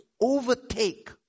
overtake